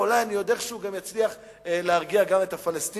ואולי אני עוד איכשהו גם אצליח להרגיע גם את הפלסטינים.